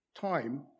time